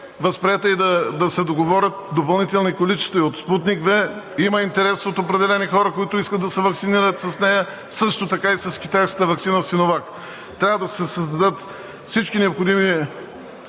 възприета и да се договорят допълнителни количества и от „Спутник V“. Има интерес от определени хора, които искат да се ваксинират с нея, също така и с китайската ваксина „Синовак“. Трябва да се създадат всички необходими